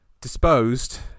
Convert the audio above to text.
disposed